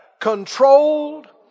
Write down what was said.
Controlled